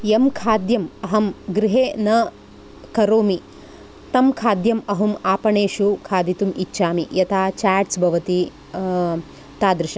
यत् खाद्यम् अहं गृहे न करोमि तं खाद्यम् अहम् आपणेषु खादितुमिच्छामि यथा चेट्स् भवति तादृशं